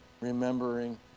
remembering